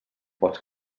pots